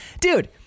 dude